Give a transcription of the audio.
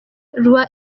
rwa